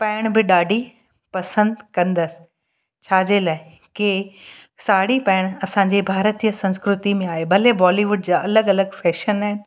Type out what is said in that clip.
पाइण बि ॾाढी पसंदि कंदसि छाजे लाइ की साड़ी पाइणु असांजे भारतीअ संस्कृति में आहे भले बॉलीवुड जा अलॻि अलॻि फैशन